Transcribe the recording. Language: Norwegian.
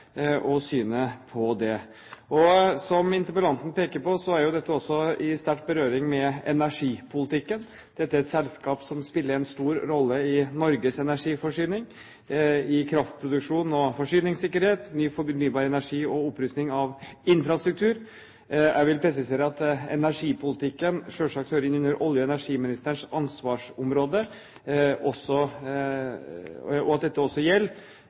Som interpellanten peker på, er dette også i sterk berøring med energipolitikken. Dette er et selskap som spiller en stor rolle i Norges energiforsyning, i kraftproduksjon og forsyningssikkerhet, ny fornybar energi og opprustning av infrastruktur. Jeg vil presisere at energipolitikken generelt hører innunder olje- og energiministerens ansvarsområde, og at dette også gjelder